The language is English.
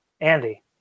Andy